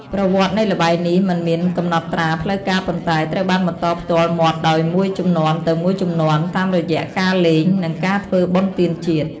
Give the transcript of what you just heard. ប្រវត្តិនៃល្បែងនេះមិនមានកំណត់ត្រាផ្លូវការប៉ុន្តែត្រូវបានបន្តផ្ទាល់មាត់ដោយមួយជំនាន់ទៅមួយជំនាន់ តាមរយៈការលេង និងការធ្វើបុណ្យទានជាតិ។